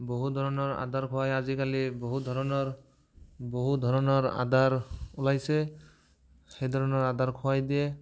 বহু ধৰণৰ আধাৰ খুৱায় আজিকালি বহু ধৰণৰ বহু ধৰণৰ আধাৰ ওলাইছে সেই ধৰণৰ আধাৰ খুৱাই দিয়ে